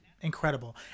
Incredible